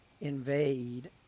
invade